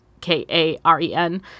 K-A-R-E-N